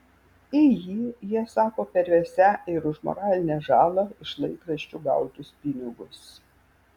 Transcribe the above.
į jį jie sako pervesią ir už moralinę žalą iš laikraščių gautus pinigus